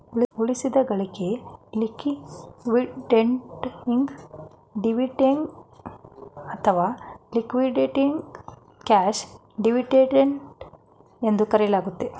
ಉಳಿಸಿದ ಗಳಿಕೆ liquidating dividend ಅಥವಾ ಲಿಕ್ವಿಡೇಟಿಂಗ್ ಕ್ಯಾಶ್ ಡಿವಿಡೆಂಡ್ ಎಂದು ಕರೆಯಲಾಗುತ್ತೆ